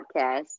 podcast